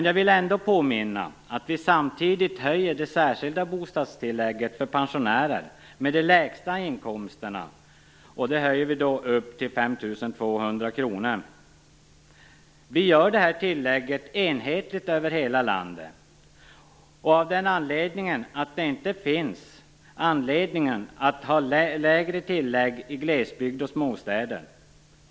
Jag vill påminna om att vi samtidigt höjer det särskilda bostadstillägget för de pensionärer som har de lägsta inkomsterna till 5 200 kr. Vi gör detta tillägg enhetligt över hela landet därför att det inte finns anledning att ha ett lägre tillägg i glesbygd och småstäder.